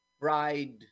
bride